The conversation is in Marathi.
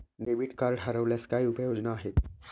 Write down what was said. डेबिट कार्ड हरवल्यास काय उपाय योजना आहेत?